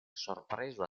sorpreso